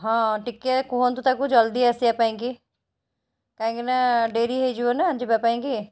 ହଁ ଟିକେ କୁହନ୍ତୁ ତାକୁ ଜଲଦି ଆସିବା ପାଇଁକି କାଇଁକିନା ଡେରି ହେଇଯିବ ନା ଯିବା ପାଇଁକି